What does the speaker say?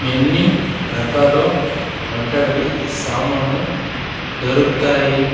ఎన్ని రకాలు వంటగడి సామాను దొరుకుతాయి